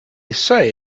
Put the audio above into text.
say